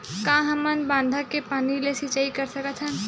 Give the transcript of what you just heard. का हमन बांधा के पानी ले सिंचाई कर सकथन?